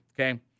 okay